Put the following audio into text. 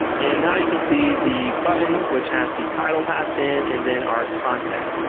and now you can see the button, which has the title passed in and then our content.